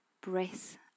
breath